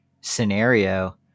scenario